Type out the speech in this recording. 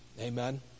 Amen